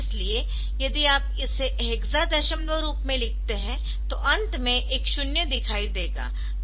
इसलिए यदि आप इसे हेक्सा दशमलव रूप में लिखते है तो अंत में एक शून्य दिखाई देगा